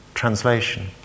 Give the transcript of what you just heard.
translation